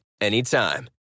anytime